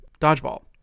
Dodgeball